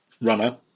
runner